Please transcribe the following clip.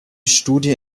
studie